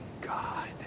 God